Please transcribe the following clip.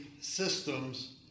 systems